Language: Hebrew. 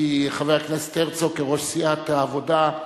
כי חבר הכנסת הרצוג, כראש סיעת העבודה,